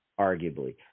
arguably